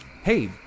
hey